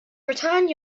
return